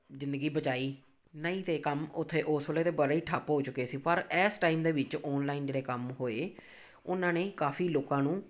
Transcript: ਜ਼ਿੰਦਗੀ ਬਚਾਈ ਨਹੀਂ ਅਤੇ ਕੰਮ ਉੱਥੇ ਉਸ ਵੇਲੇ ਤਾਂ ਬੜੇ ਹੀ ਠੱਪ ਹੋ ਚੁੱਕੇ ਸੀ ਪਰ ਇਸ ਟਾਈਮ ਦੇ ਵਿੱਚ ਔਨਲਾਈਨ ਜਿਹੜੇ ਕੰਮ ਹੋਏ ਉਹਨਾਂ ਨੇ ਕਾਫ਼ੀ ਲੋਕਾਂ ਨੂੰ